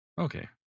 okay